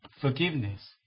forgiveness